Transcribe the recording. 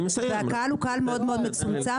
הקהל הוא עדיין מאוד מאוד מצומצם.